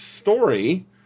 story